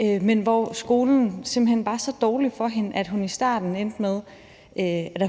simpelt hen var så dårlig for hende, at hun